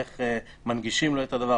איך מנגישים לו את הדברים.